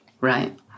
right